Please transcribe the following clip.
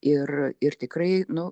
ir ir tikrai nu